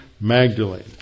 Magdalene